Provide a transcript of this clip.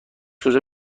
کجا